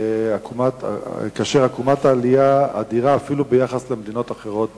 ועקומת העלייה אדירה אפילו ביחס למדינות אחרות בעולם.